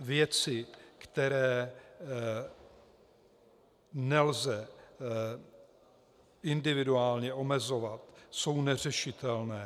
Věci, které nelze individuálně omezovat, jsou neřešitelné.